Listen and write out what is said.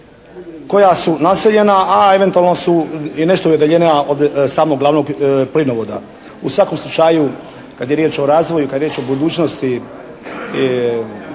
koja su naseljena, a eventualno su i nešto udaljenija od samog glavnog plinovoda. U svakom slučaju kad je riječ o razvoju i kad je riječ o budućnosti